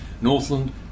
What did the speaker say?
Northland